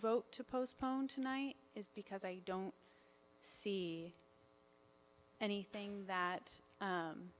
vote to postpone tonight is because i don't see anything that